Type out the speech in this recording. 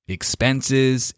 Expenses